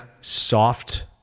soft